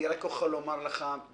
אני רק יכול להגיד לכם